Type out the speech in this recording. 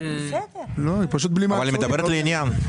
אבל היא מדברת לעניין.